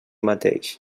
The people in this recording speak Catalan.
mateix